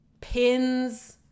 pins